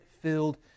filled